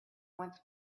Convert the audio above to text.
once